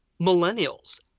millennials